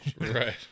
Right